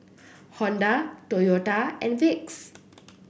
Honda Toyota and Vicks